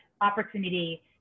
opportunity